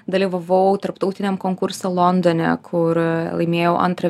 dalyvavau tarptautiniam konkurse londone kur laimėjau antrą